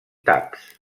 taps